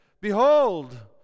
Behold